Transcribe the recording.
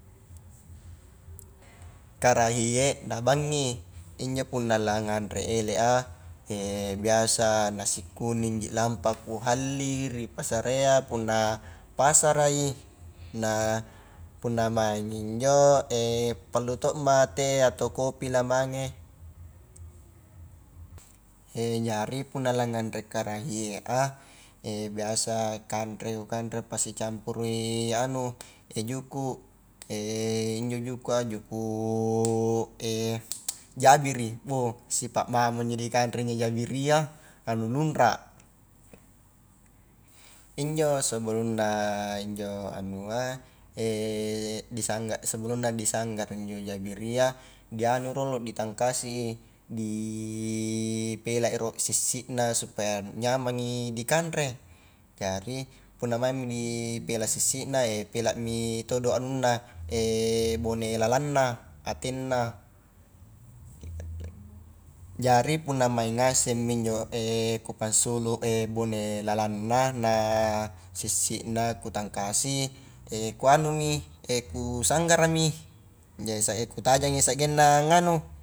karahie, na bangngi, injo punna la nganre ele a biasa nasi kuningji lampa kuhalli ri pasarayya punna pasarai, na punna maingi injo pallu to ma teh atau kopilah mange, jari pura la nganre karahie a biasa kanre kukanre kupasi campuru i anu juku, injo jukua juku jabiri boh sipa mami injo dikanre jabiria ka anu lunra, injo sebelumna injo anua disangga sebelumna disanggara injo jabiria dianu rolo ditangkasi i di pelai ro sissi na supaya nyamangi di kanre. jari puna maingmi di pela sissi na pelami todo anunna bone lalangna, atenna, jari punna mang ngasemmi injo kupansulu bone lalangna na sissi na kutangkasi kuanumi kusanggarami jadi kutajangi saggengna nganu.